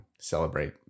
celebrate